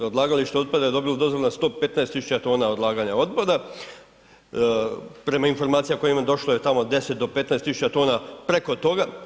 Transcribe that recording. Odlagalište otpada je dobilo dozvolu na 115.000 tona odlaganja otpada, prema informacijama koje imam došlo je tamo 10 do 15.000 tona preko toga.